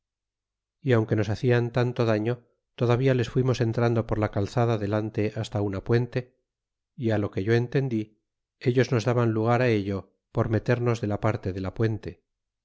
y aunque nos hacían tanto daño todavía les fuimos entrando por la calzada adelante hasta una puente y lo que yo entendí ellos nos daban lugar lt ello por meternos de la parte de la puente